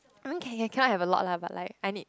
I mean can can can I have a lot lah but I need